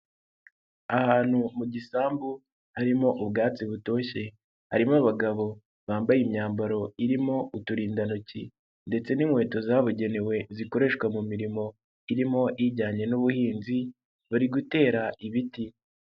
Ahantu mu gisambu harimo ubwatsi butoshye, harimo abagabo bambaye imyambaro irimo uturindantoki ndetse n'inkweto zabugenewe zikoreshwa mu mirimo irimo ijyanye n'ubuhinzi bari gutera ibiti.